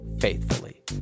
faithfully